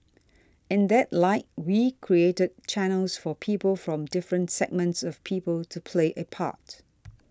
in that light we created channels for people from different segments of people to play a part